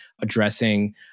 addressing